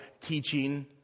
teaching